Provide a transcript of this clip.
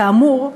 כאמור,